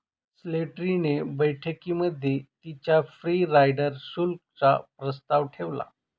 Slattery ने बैठकीमध्ये तिच्या फ्री राईडर शुल्क चा प्रस्ताव ठेवला